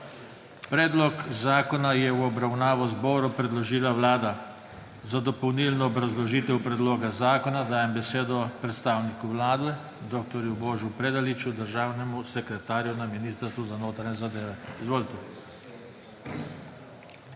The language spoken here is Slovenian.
Predlog zakona je v obravnavo zboru predložila Vlada. Za dopolnilno obrazložitev predloga zakona dajem besedo predstavniku Vlade, dr. Božu Predaliču, državnemu sekretarju na Ministrstvu za notranje zadeve. Izvolite.